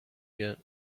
get